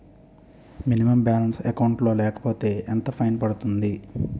Minimum balance account లో లేకపోతే ఎంత ఫైన్ పడుతుంది?